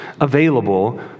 available